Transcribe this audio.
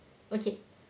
okay